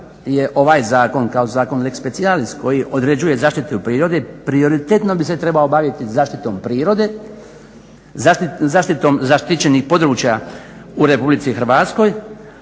ovaj zakon kao zakon lex specialis koji određuje zaštitu prirode prioritetno bi se trebao baviti zaštitom prirode, zaštitom zaštićenih područja u RH, a